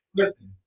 Listen